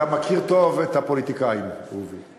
אתה מכיר טוב את הפוליטיקאים, רובי.